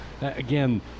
Again